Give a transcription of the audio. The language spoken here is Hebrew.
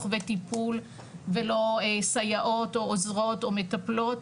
וטיפול ולא סייעות או עוזרות או מטפלות,